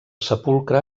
sepulcre